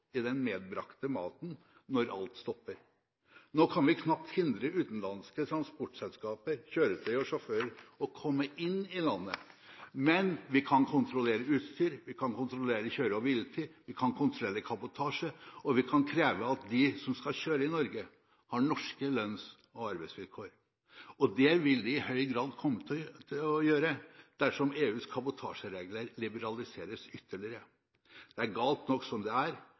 i den medbrakte maten når alt stopper. Nå kan vi knapt hindre utenlandske transportselskap, kjøretøy og sjåfører å komme inn i landet, men vi kan kontrollere utstyr, vi kan kontrollere kjøre- og hviletid, vi kan kontrollere kabotasje, og vi kan kreve at de som skal kjøre i Norge, har norske lønns- og arbeidsvilkår. Det vil vi i høy grad komme til å gjøre, dersom EUs kabotasjeregler liberaliseres ytterligere. Det er galt nok som det er,